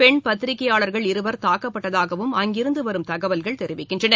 பெண் பத்திரிக்கையாளர்கள் இருவர் தாக்கப்பட்டதாகவும் அங்கிருந்து வரும் தகவல்கள் தெரிவிக்கின்றன